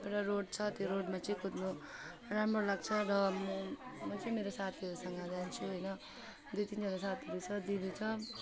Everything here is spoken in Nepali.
एउटा रोड छ त्यो रोडमा चाहिँ कुद्नु राम्रो लाग्छ र म म चाहिँ मेरो साथीहरूसँग जान्छु होइन दुई तिनजना साथीहरू छ दिदी छ